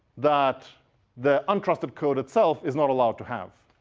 that the untrusted code itself is not allowed to have.